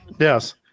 Yes